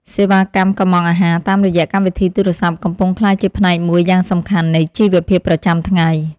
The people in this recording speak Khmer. សេវាកម្មកុម្ម៉ង់អាហារតាមរយៈកម្មវិធីទូរស័ព្ទកំពុងក្លាយជាផ្នែកមួយយ៉ាងសំខាន់នៃជីវភាពប្រចាំថ្ងៃ។